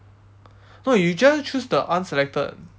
no you just choose the unselected